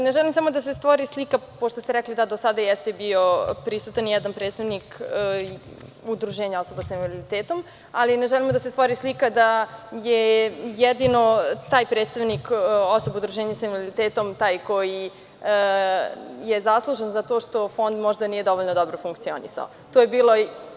Ne želim samo da se stvori slika, pošto ste rekli da do sada jeste bio prisutan jedan predstavnik Udruženja osoba sa invaliditetom, ne želimo da se stvori slika da je jedino taj predstavnik osoba Udruženja sa invaliditetom taj koji je zaslužan za to što Fond možda nije dovoljno dobro funkcionisao.